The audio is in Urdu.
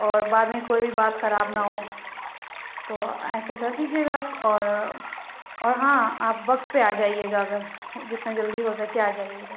اور بعد میں کوئی بھی بات خراب نہ ہو تو ایسا کر دیجیے گا آپ اور اور ہاں آپ وقت پہ آ جائیے گا اگر جتنا جلدی ہو سکے آ جائیے گا